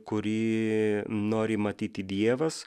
kurį nori matyti dievas